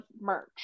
merch